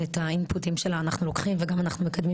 ואת האינפוטים שלה אנחנו לוקחים וגם אנחנו מקדמים